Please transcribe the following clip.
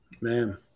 Man